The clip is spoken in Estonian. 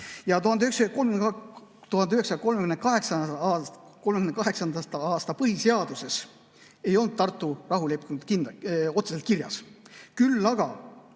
1938. aasta põhiseaduses ei olnud Tartu rahulepingut otseselt kirjas. Küll aga